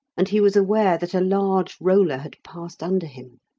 and he was aware that a large roller had passed under him.